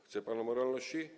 Chce pan o moralności?